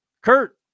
Kurt